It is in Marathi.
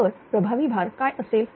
तर प्रभावी भार काय असेल